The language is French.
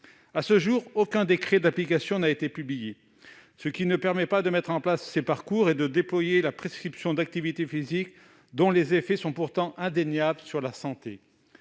À ce jour, aucun décret d'application n'a été publié, ce qui ne permet pas de mettre en place ces parcours et de déployer la prescription d'activité physique, dont les effets sont pourtant indéniables sur la santé.